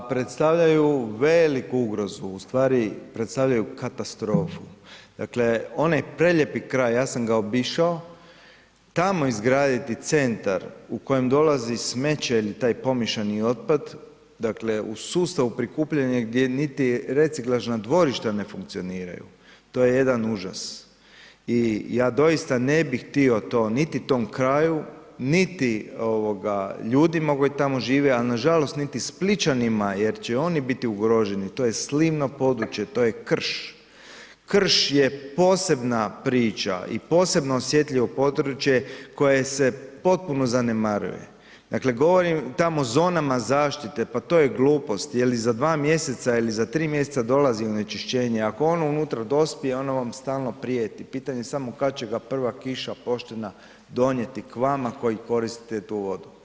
Pa predstavljaju veliku ugrozu, u stvari predstavljaju katastrofu, dakle onaj prelijepi kraj, ja sam ga obišao, tamo izgraditi centar u kojem dolazi smeće ili taj pomiješani otpad, dakle u sustavu prikupljanja gdje niti reciklažna dvorišta ne funkcioniraju, to je jedan užas i ja doista ne bih htio to niti tom kraju, niti ovoga ljudima koji tamo žive, al nažalost niti Splićanima jer će oni biti ugroženi, to je slivno područje, to je krš, krš je posebna priča i posebno osjetljivo područje koje se potpuno zanemaruje, dakle govorim tamo o zonama zaštite, pa to je glupost, je li za dva mjeseca, je li za tri mjeseca dolazi onečišćenje, ako ono unutra dospije, ono vam stalno prijeti, pitanje je samo kada će ga prva kiša poštena donijeti k vama koji koristite tu vodu.